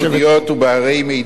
נציג ייחודיות ופערי מידע,